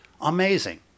amazing